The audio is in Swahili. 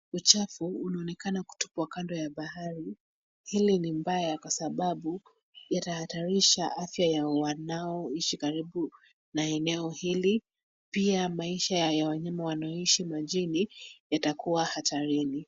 Uchafu unaonekana kutupwa kando ya bahari. Hili ni mbaya kwa sababu yatahatarisha afya ya wanaoishi karibu na eneo hili pia maisha ya wanyama wanaoishi majini yatakuwa hatarini.